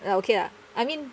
ah okay lah I mean